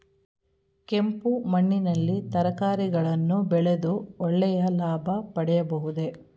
ಕೆಂಪು ಮಣ್ಣಿನಲ್ಲಿ ತರಕಾರಿಗಳನ್ನು ಬೆಳೆದು ಒಳ್ಳೆಯ ಲಾಭ ಪಡೆಯಬಹುದೇ?